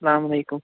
سلامُ علیکُم